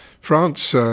France